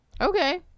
okay